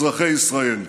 אזרחי ישראל.